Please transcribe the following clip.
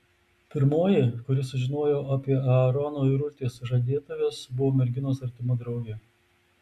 pirmoji kuri sužinojo apie aarono ir urtės sužadėtuves buvo merginos artima draugė